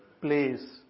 place